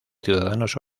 ciudadanos